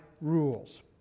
rules